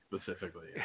Specifically